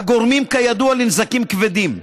הגורמים, כידוע, לנזקים כבדים,